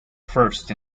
first